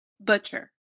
Butcher